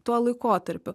tuo laikotarpiu